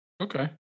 Okay